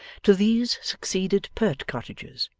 to these succeeded pert cottages,